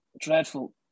dreadful